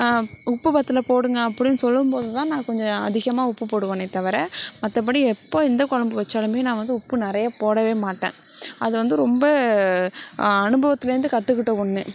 உப்பு பற்றல போடுங்க அப்படின் சொல்லும்போது தான் நான் கொஞ்சம் அதிகமாக உப்பு போடுவனே தவிர மற்றபடி எப்போ எந்த குழம்பு வைச்சாலுமே நான் வந்து உப்பு நிறைய போடவே மாட்டேன் அது வந்து ரொம்ப அனுபவத்துலேருந்து கற்றுக்கிட்ட ஒன்று